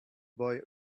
boy